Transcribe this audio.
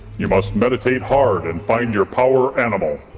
you must meditate hard and find your power animal.